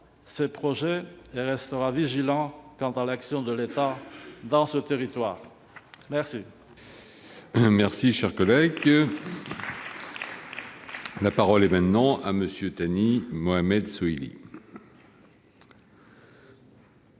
ces projets de loi et restera vigilant quant à l'action de l'État dans ce territoire. La